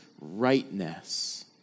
rightness